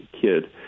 kid